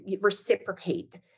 reciprocate